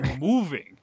moving